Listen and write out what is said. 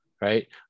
right